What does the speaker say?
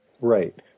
Right